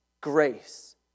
grace